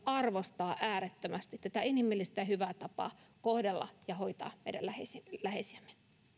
arvostaa äärettömästi tätä inhimillistä ja hyvää tapaa kohdella ja hoitaa meidän läheisiämme läheisiämme